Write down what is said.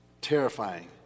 terrifying